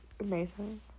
amazing